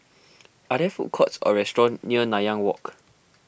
are there food courts or restaurants near Nanyang Walk